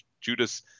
Judas